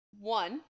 One